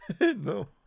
No